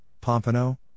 pompano